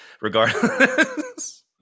regardless